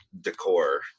decor